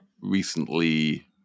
recently